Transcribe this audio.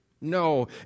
No